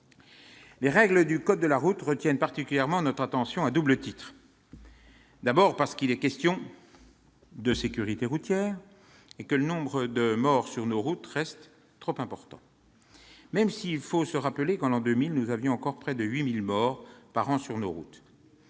Les règles du code de la route retiennent particulièrement notre attention pour deux raisons. La première, c'est parce qu'il est question de sécurité routière et que le nombre de morts sur nos routes reste trop important, même s'il faut se rappeler que, en l'an 2000, nous avions encore près de 8 000 morts par an sur nos routes.